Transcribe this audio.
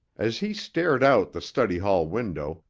as he stared out the study-hall window,